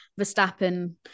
Verstappen